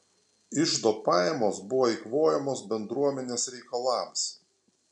iždo pajamos buvo eikvojamos bendruomenės reikalams